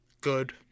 good